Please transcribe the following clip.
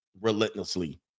relentlessly